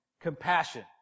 compassion